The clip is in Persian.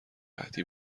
قحطی